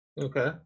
Okay